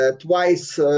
twice